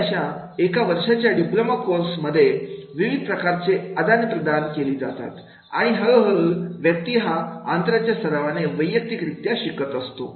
आणि अशा एक वर्षाच्या डिप्लोमा कोर्स मध्ये विविध प्रकारचे आदाने प्रदान केली जातात आणि हळूहळू व्यक्ती हा अंतराच्या सरावाने वैयक्तिकरित्या शिकत असतो